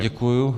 Děkuju.